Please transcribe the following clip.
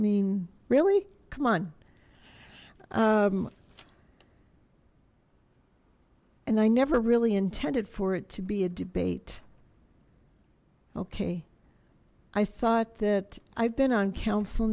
mean really come on and i never really intended for it to be a debate okay i thought that i've been on council